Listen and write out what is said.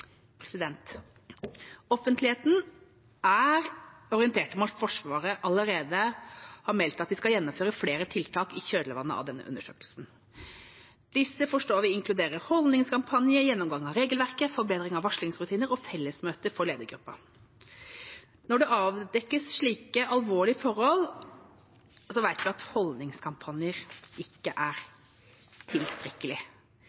Offentligheten er orientert om at Forsvaret allerede har meldt at de skal gjennomføre flere tiltak i kjølvannet av denne undersøkelsen. Disse forstår vi inkluderer holdningskampanjer, gjennomgang av regelverket, forbedring av varslingsrutiner og fellesmøter for ledergruppa. Når det avdekkes slike alvorlige forhold, vet vi at holdningskampanjer ikke